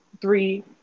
three